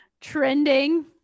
trending